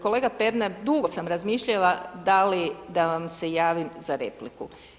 Kolega Pernar, dugo sam razmišljala da li da vam se javim za repliku.